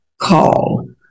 call